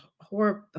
horrible